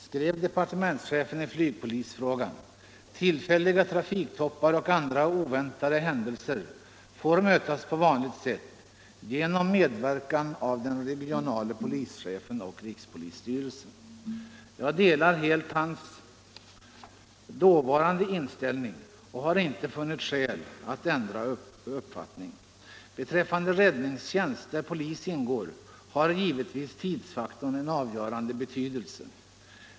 sendet sendet fiktoppar och andra oväntade händelser får mötas på vanligt sätt genom medverkan av den regionale polischefen och rikspolisstyrelsen.” Jag delar helt hans dåvarande inställning och har inte funnit skäl att ändra uppfattning. Beträffande räddningstjänst där polis ingår har givetvis tidsfaktorn en avgörande betydelse.